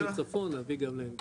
מצפון נביא גם לעין גדי.